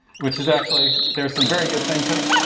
which is actually, there are some very good things in it.